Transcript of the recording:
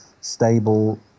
stable